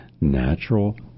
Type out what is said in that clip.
natural